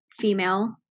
female